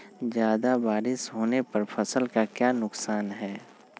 ज्यादा बारिस होने पर फसल का क्या नुकसान है?